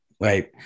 right